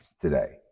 today